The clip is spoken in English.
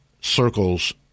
circles